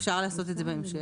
אפשר לעשות את זה בהמשך,